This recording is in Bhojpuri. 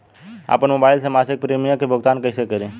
आपन मोबाइल से मसिक प्रिमियम के भुगतान कइसे करि?